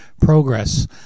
progress